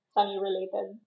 Sunny-related